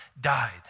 died